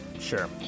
sure